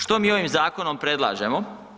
Što mi ovim zakonom predlažemo?